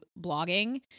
blogging